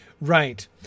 Right